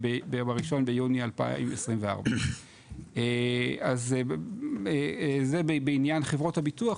ב-1 ביוני 2024. אז זה בעניין חברות הביטוח.